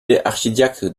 archidiacre